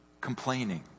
complaining